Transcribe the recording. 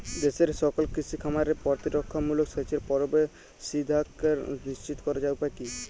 দেশের সকল কৃষি খামারে প্রতিরক্ষামূলক সেচের প্রবেশাধিকার নিশ্চিত করার উপায় কি?